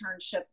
internship